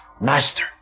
Master